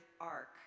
arc